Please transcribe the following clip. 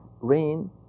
rain